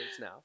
now